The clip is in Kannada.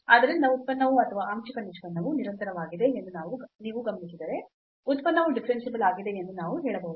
ಆದ್ದರಿಂದ ಉತ್ಪನ್ನವು ಅಥವಾ ಆಂಶಿಕ ನಿಷ್ಪನ್ನವು ನಿರಂತರವಾಗಿದೆ ಎಂದು ನೀವು ಗಮನಿಸಿದರೆ ಉತ್ಪನ್ನವು ಡಿಫರೆನ್ಸಿಬಲ್ ಆಗಿದೆ ಎಂದು ನಾವು ಹೇಳಬಹುದು